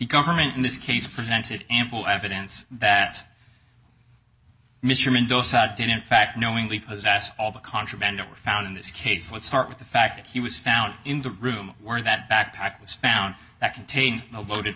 government in this case presented ample evidence that mr mendoza did in fact knowingly possess all the contraband found in this case let's start with the fact that he was found in the room where that backpack was found that contained a loaded